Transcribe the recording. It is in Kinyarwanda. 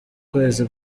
kwezi